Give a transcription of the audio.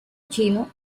chino